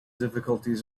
difficulties